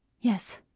Yes